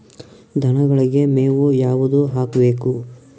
ದನಗಳಿಗೆ ಮೇವು ಯಾವುದು ಹಾಕ್ಬೇಕು?